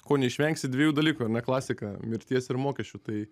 ko neišvengsi dviejų dalykų ar ne klasika mirties ir mokesčių tai